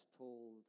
told